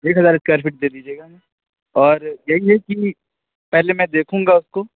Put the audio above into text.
ایک ہزار square feet دے دیجیے گا ہمیں اور یہی ہے کہ پہلے میں دیکھوں گا اُس کو